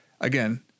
again